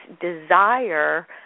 desire